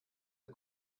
ein